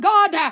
God